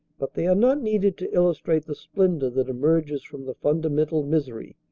but they are not needed to illustrate the splendor that emerges from the fundamental misery,